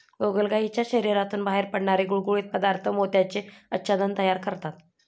गोगलगायीच्या शरीरातून बाहेर पडणारे गुळगुळीत पदार्थ मोत्याचे आच्छादन तयार करतात